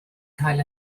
cael